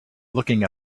looking